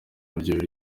buryo